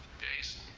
jason,